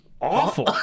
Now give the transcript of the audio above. awful